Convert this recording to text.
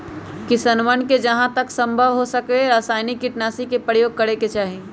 किसनवन के जहां तक संभव हो कमसेकम रसायनिक कीटनाशी के प्रयोग करे के चाहि